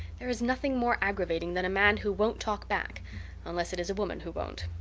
there is nothing more aggravating than a man who won't talk back unless it is a woman who won't.